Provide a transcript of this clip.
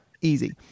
easy